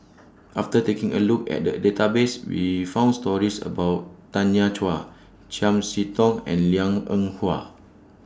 after taking A Look At The Database We found stories about Tanya Chua Chiam See Tong and Liang Eng Hwa